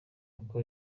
uko